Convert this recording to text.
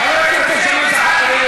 הכנסת ג'מאל זחאלקה.